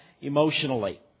emotionally